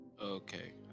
Okay